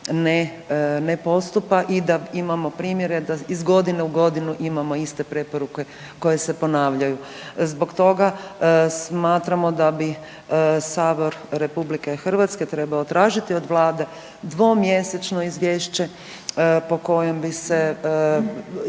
ne postupa i da imamo primjere da iz godine u godinu imamo iste preporuke koje se ponavljaju. Zbog toga smatramo da bi Sabor Republike Hrvatske trebao tražiti od Vlade dvomjesečno izvješće po kojem bi se vidjelo